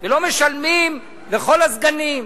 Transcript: ולא משלמים לכל הסגנים,